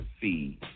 see